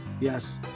Yes